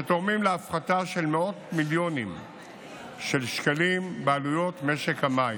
שתורמים להפחתה של מאות מיליונים של שקלים בעלויות משק המים.